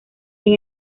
sin